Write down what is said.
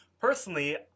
personally